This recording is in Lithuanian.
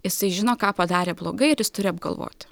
jisai žino ką padarė blogai ir jis turi apgalvoti